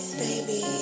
baby